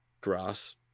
grass